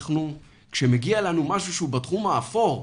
כי כשמגיע אלינו משהו שהוא בתחום האפור,